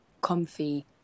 comfy